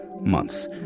months